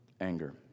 anger